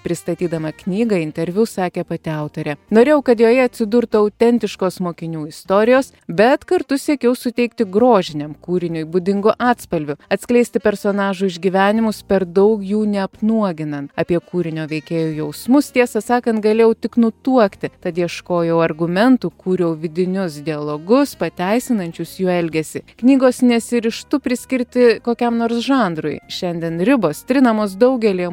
pristatydama knygą interviu sakė pati autorė norėjau kad joje atsidurtų autentiškos mokinių istorijos bet kartu siekiau suteikti grožiniam kūriniui būdingo atspalvio atskleisti personažų išgyvenimus per daug jų neapnuoginant apie kūrinio veikėjų jausmus tiesą sakant galėjau tik nutuokti tad ieškojau argumentų kūriau vidinius dialogus pateisinančius jų elgesį knygos nesiryžtu priskirti kokiam nors žanrui šiandien ribos trinamos daugelyje